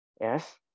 Yes